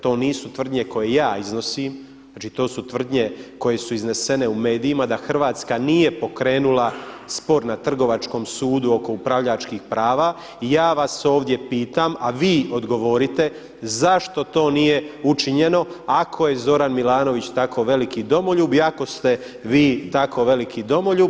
To nisu tvrdnje koje ja iznosim, znači to su tvrdnje koje su iznesene u medijima da Hrvatska nije pokrenula spor na Trgovačkom sudu oko upravljačkih prava i ja vas ovdje pitam a vi odgovorite zašto to nije učinjeno ako je Zoran Milanović tako veliki domoljub i ako ste vi tako veliki domoljub.